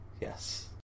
yes